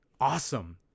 awesome